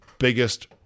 Biggest